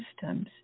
systems